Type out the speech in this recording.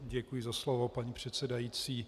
Děkuji za slovo, paní předsedající.